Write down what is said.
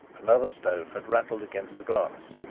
another stone had rattled against the glass.